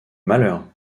malheur